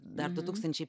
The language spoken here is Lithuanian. dar du tūkstančiai